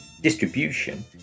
Distribution